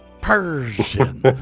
Persian